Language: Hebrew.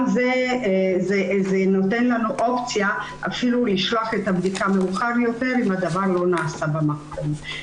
זה נותן לנו אופציה לשלוח את הבדיקה מאוחר יותר אם הדבר לא נעשה במקום.